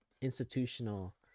institutional